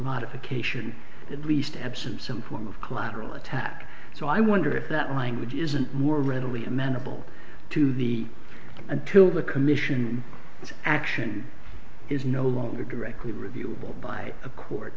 modification at least absent some form of collateral attack so i wonder if that language isn't more readily amenable to the until the commission of action is no longer directly reviewable by a court